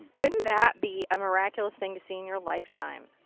wouldn't that be a miraculous thing to see in your lifetime?